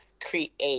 create